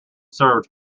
served